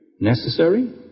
Necessary